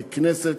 ככנסת,